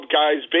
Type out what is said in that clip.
guys